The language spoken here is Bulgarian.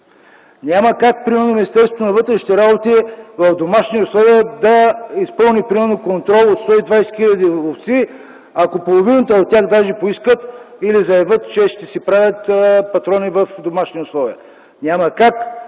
Няма как Министерството на вътрешните работи в домашни условия да изпълни контрол над 120 хил. ловци, ако половината от тях поискат или заявят, че ще си правят патрони в домашни условия. Няма как